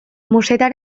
musetta